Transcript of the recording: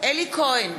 אלי כהן,